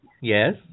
Yes